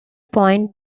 points